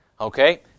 Okay